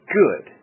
good